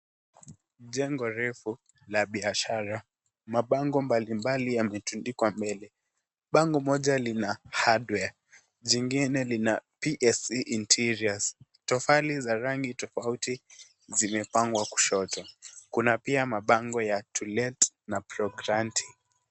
Jengo refu la biashara mabango mbali mbali yametundikwa mbele. Bango moja lina hardware zingine Lina pse interiors tofali za rangi tofauti zimepangwa kushoto. Kuna pia mabango ya to let na proganite